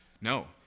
No